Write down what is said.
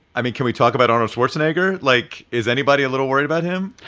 i mean, can we talk about arnold schwarzenegger? like, is anybody a little worried about him?